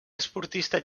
esportista